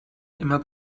immer